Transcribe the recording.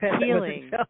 healing